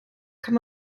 kann